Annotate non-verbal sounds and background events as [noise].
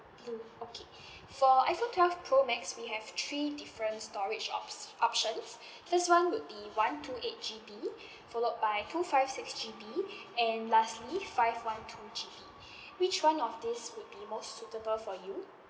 blue okay [breath] for iphone twelve pro max we have three different storage ops~ options [breath] first [one] would be one two eight G_B [breath] followed by two five six G_B [breath] and lastly five one two G_B [breath] which one of these would be most suitable for you